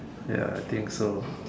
I think so